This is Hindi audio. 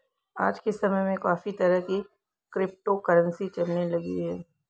आज के समय में काफी तरह की क्रिप्टो करंसी चलने लगी है